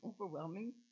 overwhelming